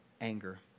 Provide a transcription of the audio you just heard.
anger